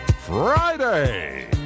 Friday